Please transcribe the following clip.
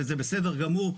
וזה בסדר גמור.